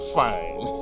fine